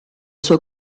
suo